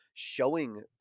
showing